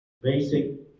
basic